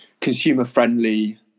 consumer-friendly